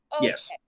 Yes